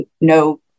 no